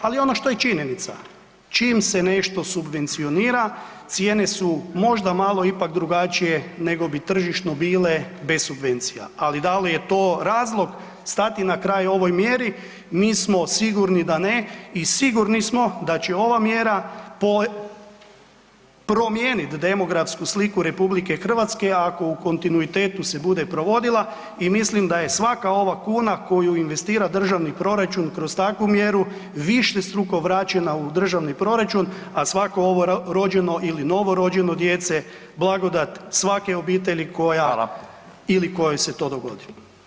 Ali ono što je činjenica, čim se nešto subvencionira cijene su možda malo ipak drugačije nego bi tržišno bile bez subvencija, ali da li je to razlog stati na kraj ovoj mjeri, mi smo sigurni da ne i sigurni smo da će ova mjera promijenit demografsku sliku RH ako u kontinuitetu se bude provodila i mislim da je svaka ova kuna koju investira državni proračun kroz takvu mjeru višestruko vraćena u državni proračun, a svako ovo rođeno ili novorođeno djece, blagodat svake obitelji koja ili kojoj se to dogodi.